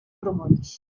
grumolls